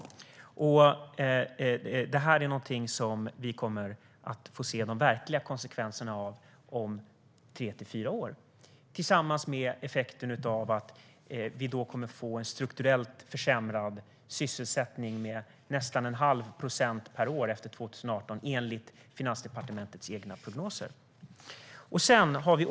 Det kommer vi att få se de verkliga konsekvenserna av om tre till fyra år. Då kommer också effekten av att vi kommer att få en strukturellt försämrad sysselsättning med nästan en halv procent per år efter 2018, enligt Finansdepartementets egna prognoser.